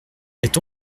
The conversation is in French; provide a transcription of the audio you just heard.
est